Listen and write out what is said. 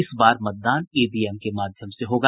इस बार मतदान ईवीएम के माध्यम से होगा